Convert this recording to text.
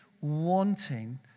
wanting